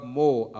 more